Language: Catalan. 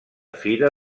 fira